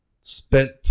spent